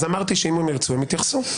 אז אמרתי שאם הם ירצו הם יתייחסו.